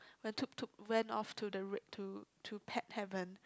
when Tutu went off to the red to pet heaven